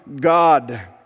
God